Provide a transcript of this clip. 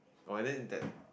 oh then that